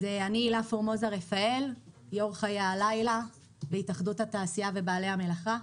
אני יושבת-ראש חיי הלילה בהתאחדות התעשייה ובעלי המלאכה.